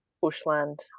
bushland